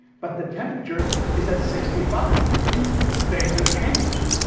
but the temperature is at sixty five things have changed.